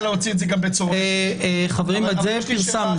שאלה